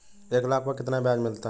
एक लाख पर कितना ब्याज मिलता है?